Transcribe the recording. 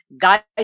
Guide